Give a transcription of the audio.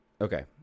okay